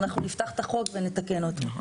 שאנחנו נפתח את החוק ונתקן אותו.